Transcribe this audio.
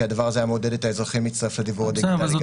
כי הדבר הזה היה מעודד גם את האזרחים להצטרף לדיוור הדיגיטלי.